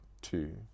two